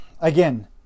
again